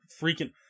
freaking